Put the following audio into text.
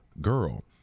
girl